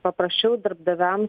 paprasčiau darbdaviam